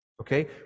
Okay